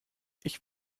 ich